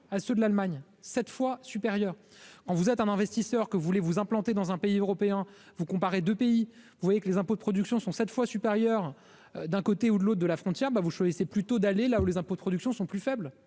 à ceux de l'Allemagne cette fois supérieur en, vous êtes un investisseur que vous voulez vous implanter dans un pays européen, vous comparez, de pays, vous voyez que les impôts de production sont cette fois supérieur d'un côté ou de l'autre de la frontière ben vous choisissez plutôt d'aller là où les impôts de production sont plus faibles